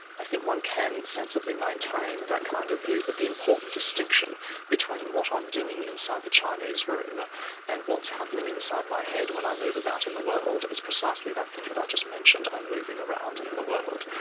i think one can sensibly maintain that kind of view, but the important distinction between what i'm doing inside the chinese room and what's happening inside my head when i move about in the world, is precisely that thing that i just mentioned i'm moving around in the world,